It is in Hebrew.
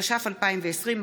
התש"ף 2020,